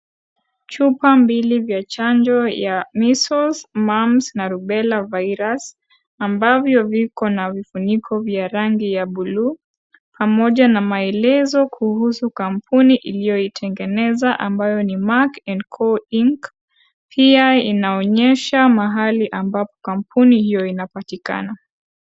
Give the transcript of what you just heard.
Chupa mbili ya chanjo ya measles, mumps na rubella virus ambavyo viko na vifuniko vya rangi ya buluu pamoja na maelezo kuhusu kampuni iliyotengeneza ambayo ni MERC and CO INC. Pia inaonyesha mahali ambapo kampuni hiyo inapatikana.